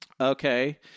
Okay